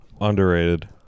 Underrated